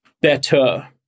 better